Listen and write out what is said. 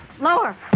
Lower